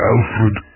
Alfred